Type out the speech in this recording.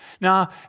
Now